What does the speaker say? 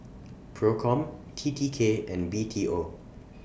PROCOM T T K and B T O